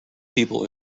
people